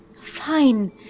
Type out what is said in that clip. Fine